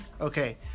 Okay